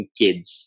kids